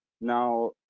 Now